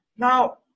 Now